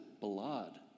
blood